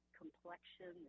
complexion